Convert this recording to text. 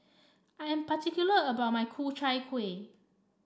I am particular about my Ku Chai Kueh